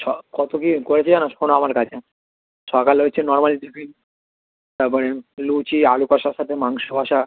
সব কত কী করেছে জানো শোনো আমার কাছে সকালে হচ্ছে নর্মাল টিফিন তারপরে লুচি আলু কষার সাথে মাংস কষা